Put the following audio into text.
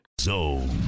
Zone